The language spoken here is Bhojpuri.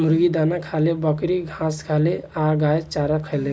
मुर्गी दाना खाले, बकरी घास खाले आ गाय चारा खाले